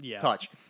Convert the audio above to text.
touch